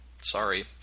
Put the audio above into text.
sorry